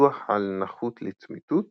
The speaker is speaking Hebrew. ביטוח על נכות לצמיתות.